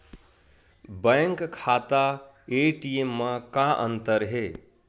Bank खाता ATM मा का अंतर हे?